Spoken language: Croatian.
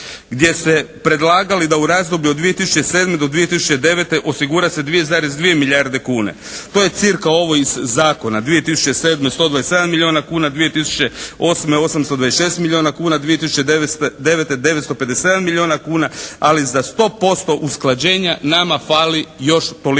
gdje se predlagali da u razdoblju od 2007. do 2009. osigura se 2,2 milijarde kuna. To je cirka ovo iz zakona 2007. 127 milijuna kuna, 2008. 826 milijuna kuna, 2009. 957 milijuna kuna, ali za 100% usklađenja nama fali još toliko